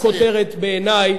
גולת הכותרת בעיני,